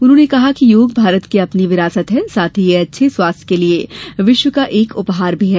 उन्होंने कहा कि योग भारत की अपनी विरासत है साथ ही यह अच्छे स्वास्थ्य के लिए विश्व का एक उपहार भी है